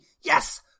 yes